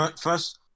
First